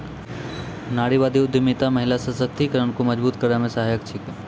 नारीवादी उद्यमिता महिला सशक्तिकरण को मजबूत करै मे सहायक छिकै